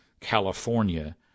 California